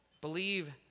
Believe